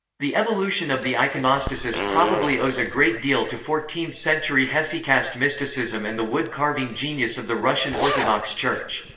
the evolution of the iconostasis probably owes a great deal to fourteenth century hesychast mysticism and the wood-carving genius of the russian orthodox church.